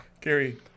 gary